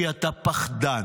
כי אתה פחדן,